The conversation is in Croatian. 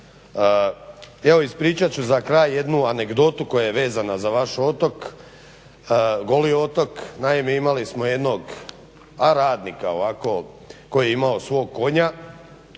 Evo ispričat ću za kraj jednu anegdotu koja je vezana za vaš otok, Goli otok. Naime, imali smo jednog radnika ovako koji je imao svog konja